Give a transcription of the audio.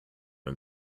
and